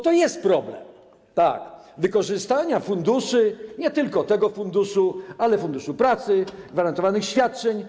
Tak, jest problem wykorzystania funduszy, nie tylko tego funduszu, ale także Funduszu Pracy, gwarantowanych świadczeń.